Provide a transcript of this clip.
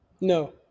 No